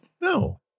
no